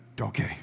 Okay